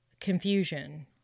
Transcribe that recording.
Confusion